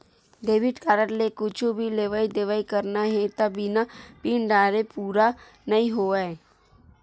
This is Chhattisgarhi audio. डेबिट कारड ले कुछु भी लेवइ देवइ करना हे त बिना पिन डारे पूरा नइ होवय